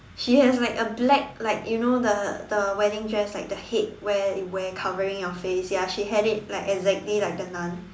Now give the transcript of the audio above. she has like a black like you know the the wedding dress like the headwear it wear covering your face ya she had it like exactly like The Nun